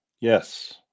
Yes